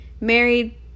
Married